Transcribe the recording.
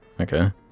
okay